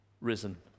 risen